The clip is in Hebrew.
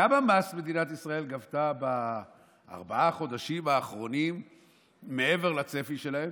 כמה מס מדינת ישראל גבתה בארבעה החודשים האחרונים מעבר לצפי שלהם?